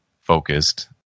focused